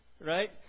Right